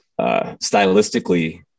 stylistically